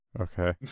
Okay